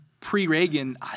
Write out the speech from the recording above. pre-Reagan